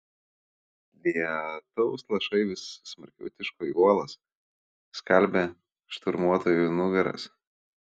lietaus lašai vis smarkiau tiško į uolas skalbė šturmuotojų nugaras